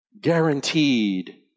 Guaranteed